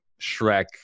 Shrek